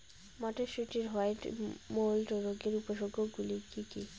মটরশুটির white mould রোগের উপসর্গগুলি কী কী?